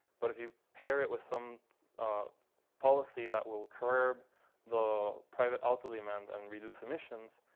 but if you pair it with some policy that will curb the private auto demand and reduce emissions,